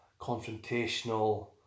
confrontational